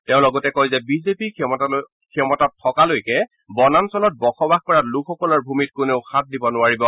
তেওঁ লগতে কয় যে বিজেপি ক্ষমতাত থকালৈকে বনাঞ্চলত বসবাস কৰা লোকসকলৰ ভূমিত কোনেও হাত দিব নোৱাৰিব